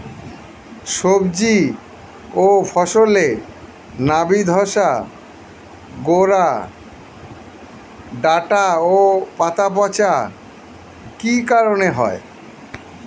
সবজি ও ফসলে নাবি ধসা গোরা ডাঁটা ও পাতা পচা কি কারণে হয়?